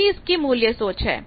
यही इसकी मूल्य सोच है